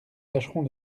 tâcherons